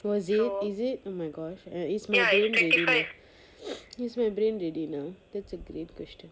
oh is it is it oh my gosh is my brain ready nowis my brain ready now is a great question